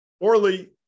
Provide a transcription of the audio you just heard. Orly